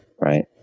right